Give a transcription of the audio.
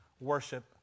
worship